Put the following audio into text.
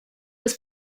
was